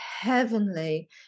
heavenly